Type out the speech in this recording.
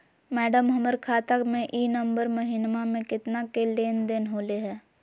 madam, हमर खाता में ई नवंबर महीनमा में केतना के लेन देन होले है